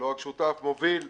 שותף מוביל מאוד.